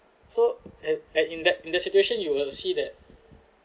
so at at in that in that situation you will see that